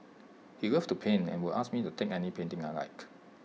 he loved to paint and would ask me to take any painting I liked